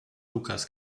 lucas